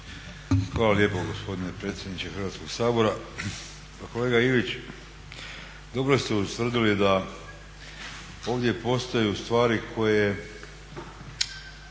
Hvala lijepo gospodine predsjedniče Hrvatskoga sabora. Pa kolega Ivić dobro ste ustvrdili da ovdje postoje stvari koje